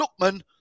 Lookman